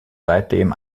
seitdem